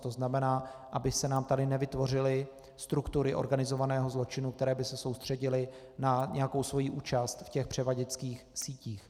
To znamená, aby se nám tady nevytvořily struktury organizovaného zločinu, které by se soustředily na nějakou svoji účast v převaděčských sítích.